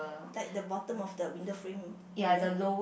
like the bottom of the window frame area